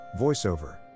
voiceover